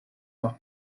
leur